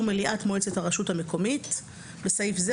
מליאת מועצת הרשות המקומית (בסעיף זה,